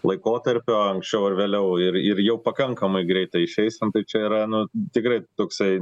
laikotarpio anksčiau ar vėliau ir ir jau pakankamai greitai išeisim tai čia yra nu tikrai toksai